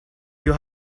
you